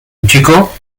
chico